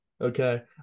Okay